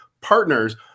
partners